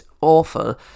awful